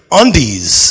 undies